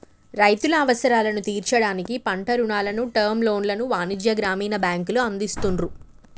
రైతుల అవసరాలను తీర్చడానికి పంట రుణాలను, టర్మ్ లోన్లను వాణిజ్య, గ్రామీణ బ్యాంకులు అందిస్తున్రు